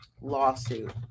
lawsuit